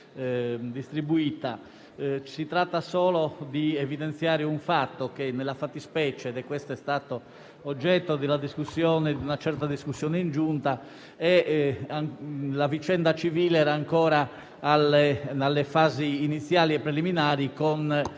Si tratta solo di evidenziare un fatto: nella fattispecie - e ciò è stato oggetto di una certa discussione in Giunta - la vicenda civile era ancora nelle fasi preliminari